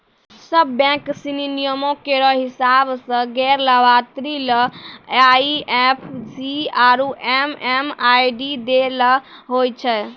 सब बैंक सिनी नियमो केरो हिसाब सें गैर लाभार्थी ले आई एफ सी आरु एम.एम.आई.डी दै ल होय छै